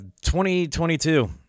2022